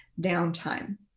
downtime